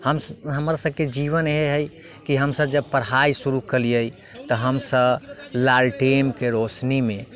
हमसब हमर सबके जीवन ई है की हमसब जब पढ़ाइ शुरू कयलियै तऽ हमसब लालटेनके रौशनीमे